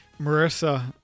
Marissa